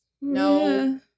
No